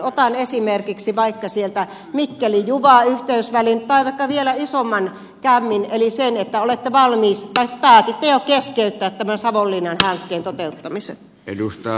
otan sieltä esimerkiksi vaikka mikkelijuva yhteysvälin tai vaikka vielä isomman kämmin eli sen että olette valmis keskeyttämään tai päätitte jo keskeyttää tämän savonlinnan hankkeen toteuttamisen